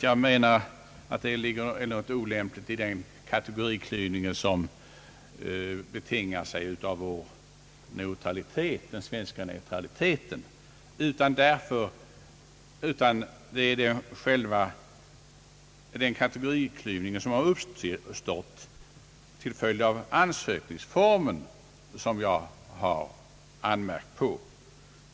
Jag avser då inte den kategoriklyvning, som betingas av den svenska neutraliteten, utan det är den kategoriklyvning som uppstått till följd av ansökningsformen som jag har anmärkt på.